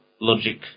logic